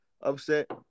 upset